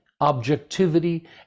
objectivity